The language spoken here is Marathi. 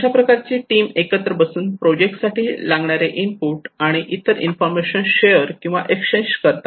अशा प्रकारची टीम एकत्र बसून प्रोजेक्ट साठी लागणारे इनपुट आणि इतर इन्फॉर्मेशन शेअर किंवा एक्सचेन्ज करतात